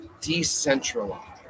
decentralized